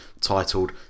titled